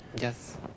Yes